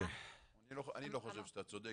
אני נותן את זכות הדיבור